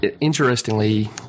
Interestingly